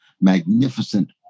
Magnificent